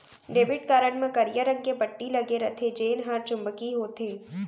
debit card म करिया रंग के पट्टी लगे रथे जेन हर चुंबकीय होथे